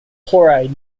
chloride